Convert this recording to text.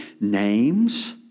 names